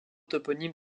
toponymes